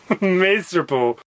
miserable